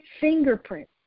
fingerprints